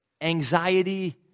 anxiety